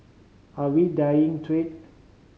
are we dying trade